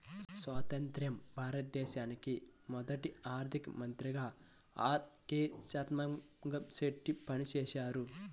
స్వతంత్య్ర భారతానికి మొదటి ఆర్థిక మంత్రిగా ఆర్.కె షణ్ముగం చెట్టి పనిచేసారు